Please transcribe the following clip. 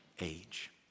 age